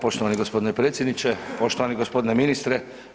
Poštovani gospodine predsjedniče, poštovani gospodine ministre.